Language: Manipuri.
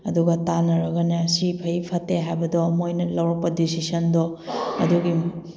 ꯑꯗꯨꯒ ꯇꯥꯟꯅꯔꯒꯅꯦ ꯁꯤ ꯐꯩ ꯐꯠꯇꯦ ꯍꯥꯏꯕꯗꯣ ꯃꯣꯏꯅ ꯂꯧꯔꯛꯄ ꯗꯤꯁꯤꯖꯟꯗꯣ ꯑꯗꯨꯒꯤ